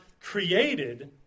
created